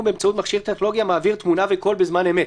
באמצעות מכשיר טכנולוגי המעביר תמונה וקול בזמן אמת.